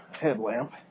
headlamp